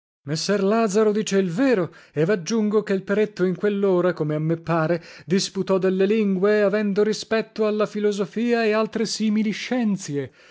messer lazaro dice il vero e vaggiungo che l peretto in quellora come a me pare disputò delle lingue avendo rispetto alla filosofia e altre simili scienzie